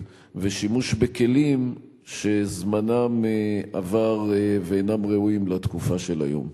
ושימוש בכלים שזמנם עבר ואינם ראויים לתקופה של היום.